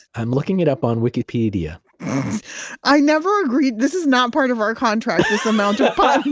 i'm looking it up on wikipeadia i never agreed. this is not part of our contract, this amount of puns